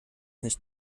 nicht